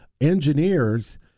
engineers